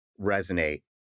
resonate